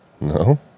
No